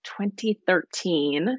2013